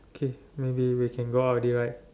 okay maybe we can go out already right